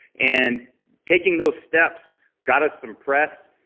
and taking those steps got us some press,